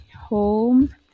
home